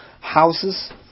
houses